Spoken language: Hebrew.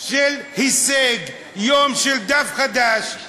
של הישג, יום של דף חדש.